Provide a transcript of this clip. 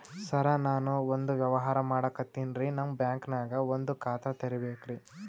ಸರ ನಾನು ಒಂದು ವ್ಯವಹಾರ ಮಾಡಕತಿನ್ರಿ, ನಿಮ್ ಬ್ಯಾಂಕನಗ ಒಂದು ಖಾತ ತೆರಿಬೇಕ್ರಿ?